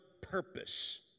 purpose